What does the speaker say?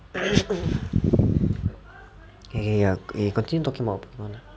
okay okay ya continue talking about pokemon